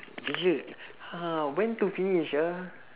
bila ah when to finish ah